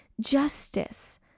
Justice